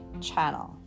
channel